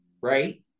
right